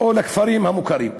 או לכפרים המוכרים.